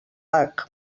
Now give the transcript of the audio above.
hac